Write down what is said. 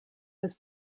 was